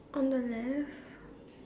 on the left